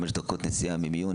חמש דקות נסיעה למיון,